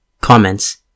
Comments